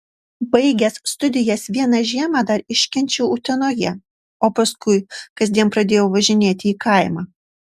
baigęs studijas vieną žiemą dar iškenčiau utenoje o paskui kasdien pradėjau važinėti į kaimą